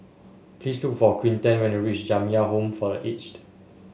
please look for Quinten when you reach Jamiyah Home for The Aged